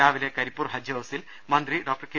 രാവിലെ കരിപ്പൂർ ഹജ്ജ് ഹൌസിൽ മന്ത്രി കെ